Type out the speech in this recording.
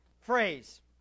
phrase